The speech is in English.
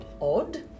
odd